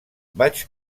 vaig